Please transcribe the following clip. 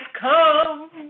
come